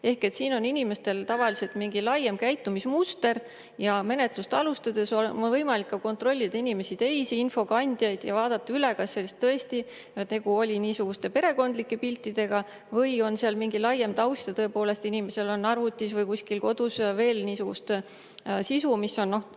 juttu. Siin on inimestel tavaliselt mingi laiem käitumismuster ja menetlust alustades on võimalik kontrollida inimesi, teisi infokandjaid ja vaadata üle, kas tõesti oli tegu perekondlike piltidega või on seal mingi laiem taust ja tõepoolest inimesel on arvutis või kuskil kodus veel niisugust sisu, mis on